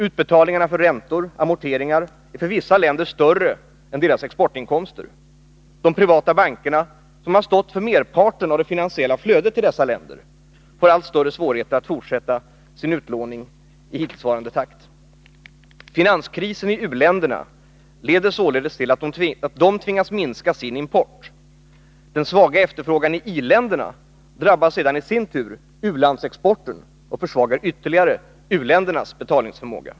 Utbetalningarna för räntor och amorteringar är för vissa länder större än deras exportinkomster. De privata bankerna, som stått för merparten av det finansiella flödet till dessa länder, får allt större svårigheter att fortsätta sin utlåning i hittillsvarande takt. Finanskrisen i u-länderna leder således till att de tvingas minska sin import. Den svaga efterfrågan i i-länderna drabbar sedan i sin tur u-landsexporten och försvagar ytterligare u-ländernas betalningsförmåga.